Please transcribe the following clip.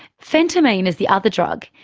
phentermine is the other drug,